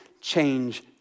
change